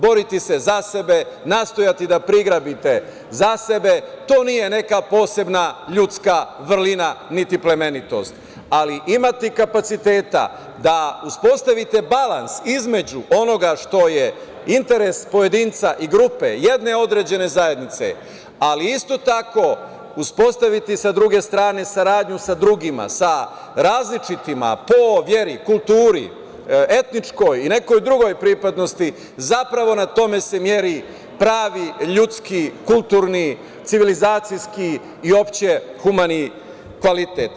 Boriti se za sebe, nastojati da prigrabite za sebe, to nije neka posebna ljudska vrlina niti plemenitost, ali imati kapaciteta da uspostavite balans između onoga što je interes pojedinca i grupe jedne određene zajednice, ali isto tako uspostaviti sa druge strane saradnju sa drugima, sa različitima po veri, kulturi, etničkoj i nekoj drugoj pripadnosti, zapravo na tome se meri pravi ljudski, kulturni, civilizacijski i uopšte humani kvalitet.